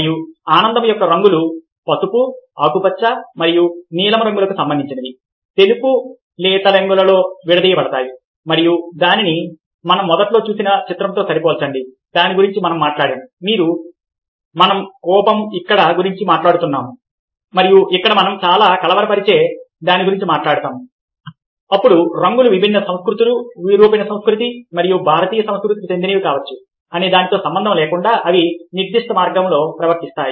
మరియు ఆనందం యొక్క రంగులు పసుపు ఆకుపచ్చ మరియు నీలం రంగులకు సంబంధించినవి తెలుపు లేత రంగులతో విడదీయబడతాయి కోపం యొక్క రంగు ప్రధానంగా ఎరుపు పసుపు మరియు నలుపు రంగులతో ఉంటుంది మరియు దానిని మనం మొదట్లో చూసిన చిత్రంతో సరిపోల్చండి దాని గురించి మనం మాట్లాడాము ఇక్కడ మనం కోపం గురించి మాట్లాడుతాము మరియు ఇక్కడ మనం చాలా కలవరపరిచే దాని గురించి మాట్లాడుతాము అప్పుడు రంగులు విభిన్న సంస్కృతులు యూరోపియన్ సంస్కృతి మరియు భారతీయ సంస్కృతికి చెందినవి కావచ్చు అనే దానితో సంబంధం లేకుండా అవి నిర్దిష్ట మార్గంలో ప్రవర్తిస్తాయి